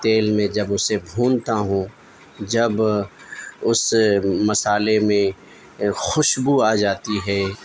تیل میں جب اسے بھونتا ہوں جب اس مسالے میں خوشبو آ جاتی ہے